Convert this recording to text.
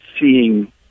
seeing